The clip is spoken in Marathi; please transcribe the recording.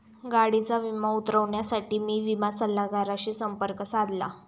गाडीचा विमा उतरवण्यासाठी मी विमा सल्लागाराशी संपर्क साधला